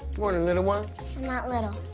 morning, little one. i'm not little.